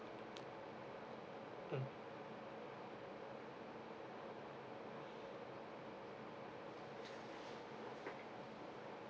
mm